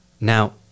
Now